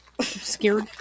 scared